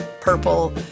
purple